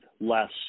less